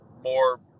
more